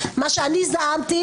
מה שאני זעמתי,